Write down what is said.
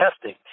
testing